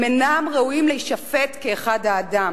הם אינם ראויים להישפט כאחד האדם.